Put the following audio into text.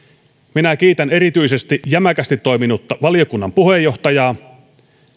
minä kiitän erityisesti jämäkästi toiminutta valiokunnan puheenjohtajaa